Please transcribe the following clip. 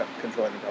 controlling